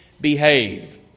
behave